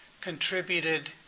contributed